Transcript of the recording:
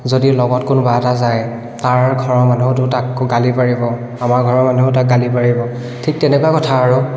যদি লগত কোনোবা এটা যায় তাৰ ঘৰৰ মানুহেওতো তাক গালি পাৰিব আমাৰ ঘৰৰ মানুহেও তাক গালি পাৰিব ঠিক তেনেকুৱা কথা আৰু